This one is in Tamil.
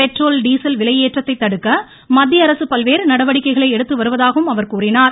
பெட்ரோல் டீசல் விலையேற்றத்ததைத் தடுக்க மத்தியஅரசு பல்வேறு நடவடிக்கைகளை எடுத்து வருவதாகவும் அவர் கூறினார்